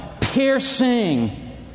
piercing